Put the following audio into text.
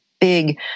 big